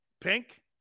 Pink